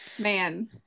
Man